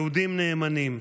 יהודים נאמנים,